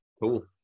Cool